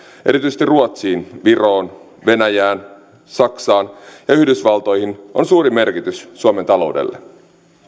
erityisesti ruotsiin viroon venäjään saksaan ja yhdysvaltoihin on suuri merkitys suomen taloudelle